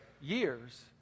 years